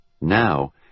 Now